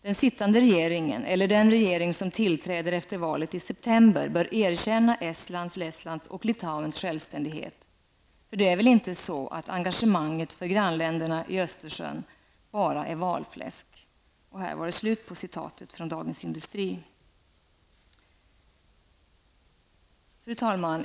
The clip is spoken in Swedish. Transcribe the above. Den sittande regeringen eller den regering som tillträder efter valet i september bör erkänna För det är väl inte så att engagemanget för grannländerna vid Östersjön bara är valfläsk?'' Fru talman!